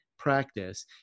practice